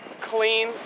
clean